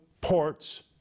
ports